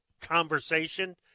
conversation